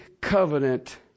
covenant